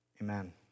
Amen